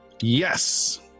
Yes